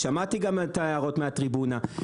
שמעתי גם את ההערות מהטריבונה.